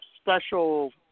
special